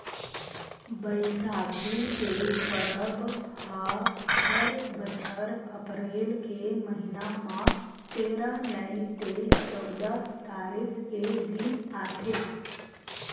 बइसाखी के परब ह हर बछर अपरेल के महिना म तेरा नइ ते चउदा तारीख के दिन आथे